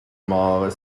mort